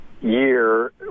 year